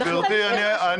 גברתי,